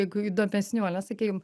jeigu įdomesnių ane sakykim